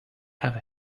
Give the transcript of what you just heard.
have